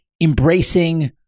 embracing